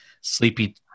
sleepy